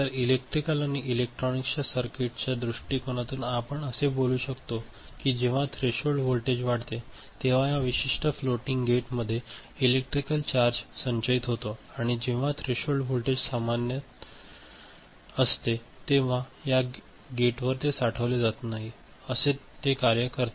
तर इलेक्ट्रिकल किंवा इलेक्ट्रॉनिक्स सर्किटच्या दृष्टिकोनातून आपण असे बोलू शकतो कि जेव्हा थ्रेशोल्ड व्होल्टेज वाढते तेव्हा या विशिष्ट फ्लोटिंग गेट मध्ये इलेक्ट्रिकल चार्ज संचयित होतो आणि जेव्हा थ्रेशोल्ड व्होल्टेज सामान्य थ्रेशोल्ड व्होल्टेज असते तेव्हा गेटवर ते साठवले जात नाही असे ते कार्य करते